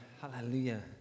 Hallelujah